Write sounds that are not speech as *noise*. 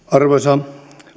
*unintelligible* arvoisa